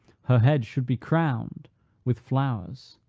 her head should be crowned with flowers,